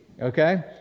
okay